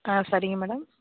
ஆ சரிங்க மேடம்